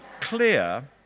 clear